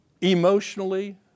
emotionally